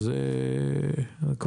ב-244,000 שקל מוכרים את זה למדינה.